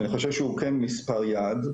שאני חושב שהוא כן מספר יעד,